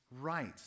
right